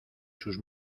sus